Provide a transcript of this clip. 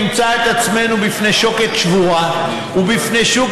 נמצא את עצמנו בפני שוקת שבורה ובפני שוק